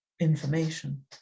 information